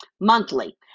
Monthly